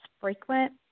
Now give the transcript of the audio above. frequent